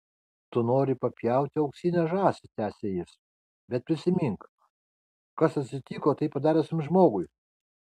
tu nori papjauti auksinę žąsį tęsė jis bet prisimink kas atsitiko tai padariusiam žmogui